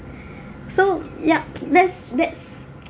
so yeah that's that's